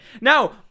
Now